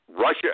Russia